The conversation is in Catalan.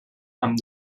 amb